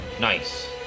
Nice